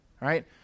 right